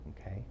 Okay